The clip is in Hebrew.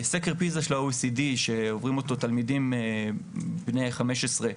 סקר פיז"ה ב-OECD שעוברים אותו תלמידים בני 15,